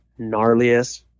gnarliest